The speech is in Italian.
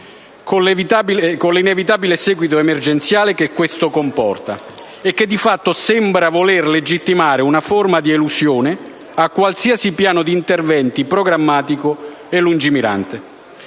con l'inevitabile seguito emergenziale che questo comporta e che, di fatto, sembra voler legittimare una forma di elusione di qualsiasi piano di intervento programmatico e lungimirante.